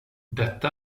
detta